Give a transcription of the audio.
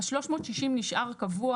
ה-360 נשאר קבוע.